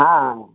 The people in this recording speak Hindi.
हाँ